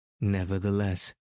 Nevertheless